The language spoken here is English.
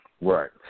Right